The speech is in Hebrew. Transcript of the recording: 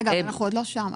אנחנו עוד לא שם.